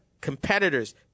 competitors